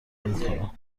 میکنه